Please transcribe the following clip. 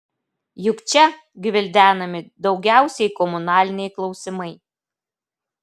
juk čia gvildenami daugiausiai komunaliniai klausimai